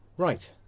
right,